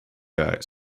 guy